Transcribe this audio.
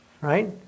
Right